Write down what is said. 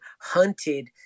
hunted